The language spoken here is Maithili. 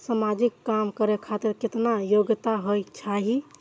समाजिक काम करें खातिर केतना योग्यता होके चाही?